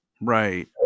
Right